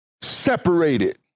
separated